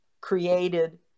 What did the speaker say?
created